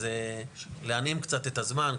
אז להנעים קצת את הזמן,